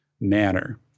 manner